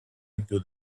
into